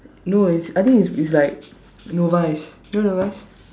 no is I think is is like novice you know novice